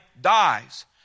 dies